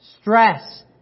stress